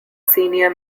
senior